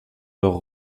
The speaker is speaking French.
leur